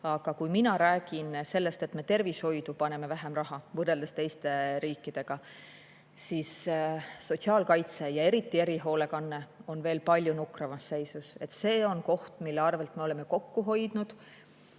Aga kui mina räägin sellest, et me tervishoidu paneme vähem raha võrreldes teiste riikidega, siis sotsiaalkaitse ja eriti erihoolekanne on veel palju nukramas seisus. See on koht, mille arvelt me oleme kokku hoidnud.